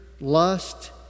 lust